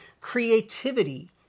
creativity